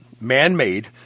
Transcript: man-made